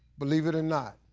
believe it or not.